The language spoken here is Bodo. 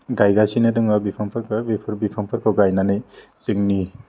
गायगासिनो दङ बिफांफोरखौ बेफोर बिफांफोरखौ गायनानै जोंनि